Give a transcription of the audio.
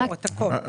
ברור, הכול.